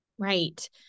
Right